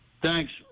Thanks